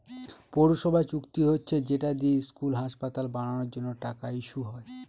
পৌরসভার চুক্তি হচ্ছে যেটা দিয়ে স্কুল, হাসপাতাল বানানোর জন্য টাকা ইস্যু হয়